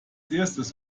erstes